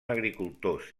agricultors